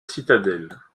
citadelle